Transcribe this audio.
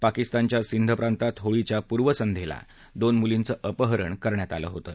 पाकिस्तानच्या सिंध प्रांतात होळीच्या पूर्वसंध्येला दोन मुलींचं अपहरण करण्यात आलं होतं